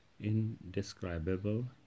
indescribable